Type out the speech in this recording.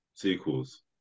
sequels